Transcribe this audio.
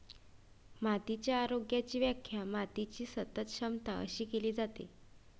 मातीच्या आरोग्याची व्याख्या मातीची सतत क्षमता अशी केली जाते